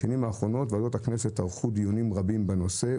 בשנים האחרונות ועדות הכנסת ערכו דיונים רבים בנושא.